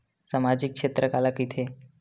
सामजिक क्षेत्र काला कइथे?